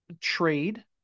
trade